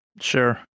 Sure